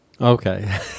Okay